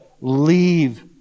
leave